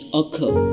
occur